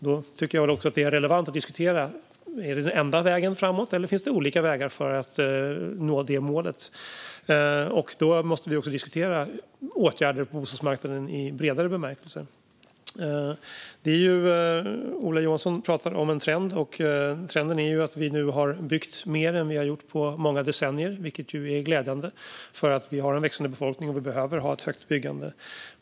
Jag tycker att det är relevant att diskutera om detta är den enda vägen framåt eller om det finns olika vägar för att nå det målet. Då måste vi också diskutera åtgärder på bostadsmarknaden i bredare bemärkelse. Ola Johansson talade om en trend, och trenden är ju att vi nu har byggt mer än vi har gjort på många decennier. Detta är glädjande, för vi har en växande befolkning och behöver ha ett högt byggande.